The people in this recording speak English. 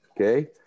Okay